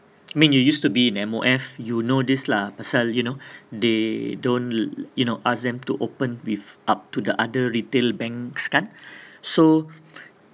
mean you used to be in M_O_F you know this lah pasal you know they don't l~ you know ask them to open with up to the other retail banks kan so